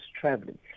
traveling